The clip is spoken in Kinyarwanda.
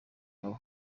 nawe